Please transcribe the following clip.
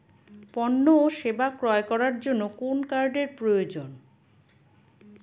পণ্য ও সেবা ক্রয় করার জন্য কোন কার্ডের প্রয়োজন?